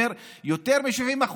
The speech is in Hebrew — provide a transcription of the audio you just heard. אומר שיותר מ-70%,